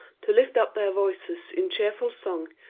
to lift up their voices in cheerful songs,